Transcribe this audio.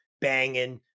banging